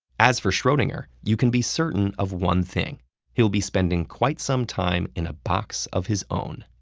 as for schrodinger, you can be certain of one thing he'll be spending quite some time in a box of his own.